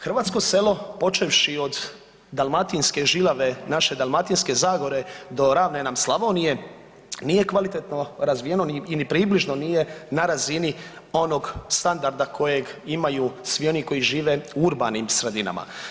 Hrvatsko selo počevši od dalmatinske žilave naše Dalmatinske zagore do ravne nam Slavonije nije kvalitetno razvijeno i ni približno nije na razini onog standarda kojeg imaju svi oni koji žive u urbanim sredinama.